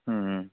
अं